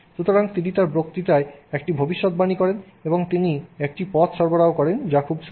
সুতরাং তিনি তার বক্তৃতায় একটি ভবিষ্যদ্বাণী করেন এবং তিনি একটি পথ সরবরাহ করেন যা খুব সুন্দর